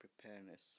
preparedness